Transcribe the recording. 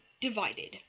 Divided